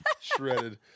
shredded